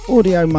Audio